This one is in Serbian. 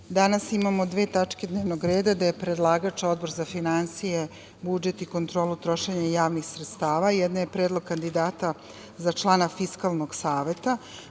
danas imamo dve tačke dnevnog reda gde je predlagač Odbor za finansije, budžet i kontrolu trošenja javnih sredstava. Jedna je predlog kandidata za člana Fiskalnog saveta. Narodna